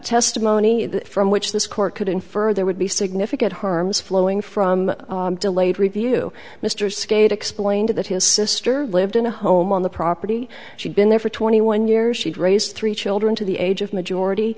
testimony from which this court could infer there would be significant harms flowing from delayed review mr skate explained that his sister lived in a home on the property she'd been there for twenty one years she'd raise three children to the age of majority